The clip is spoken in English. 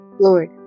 Lord